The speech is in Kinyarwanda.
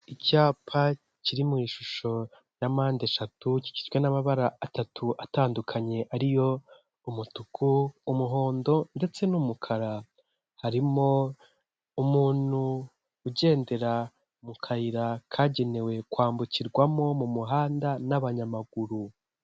Icyapa kiri mu ishusho na mpande eshatu kigizwe n'amabara atatu atandukanye, ariyo umutuku umuhondo ndetse n'umukara, harimo umuntu ugendera mu kayira kagenewe kwambukirwamo mu muhanda n'abanyamaguru.